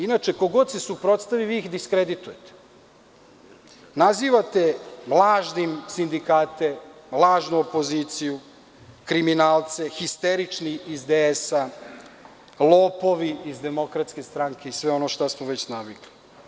Inače, ko god se suprotstavi, vi ih diskreditujete, nazivate lažnim sindikate, lažnu opoziciju, kriminalce, histerični iz DS, lopovi iz DS i sve ono na šta smo već navikli.